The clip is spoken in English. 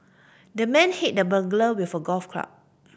the man hit the burglar with a golf club